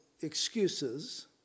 excuses